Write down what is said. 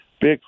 big